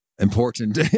important